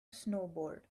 snowboard